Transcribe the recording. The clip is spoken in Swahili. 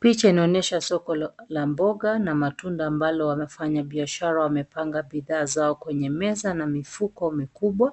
Picha inaonyesha soko la mboga na matunda ambalo wafanyabiashara wamepanga bidhaa zao kwenye meza na mifuko mikubwa.